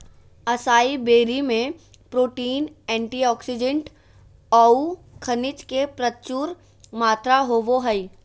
असाई berry में protein, antioxidant औऊ खनिज के प्रचुर मात्रा होबो हइ